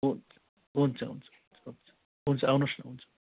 हुन्छ हुन्छ हुन्छ हुन्छ आउनु होस् न हुन्छ